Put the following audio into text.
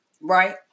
right